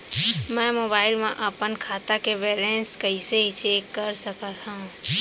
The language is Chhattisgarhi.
मैं मोबाइल मा अपन खाता के बैलेन्स कइसे चेक कर सकत हव?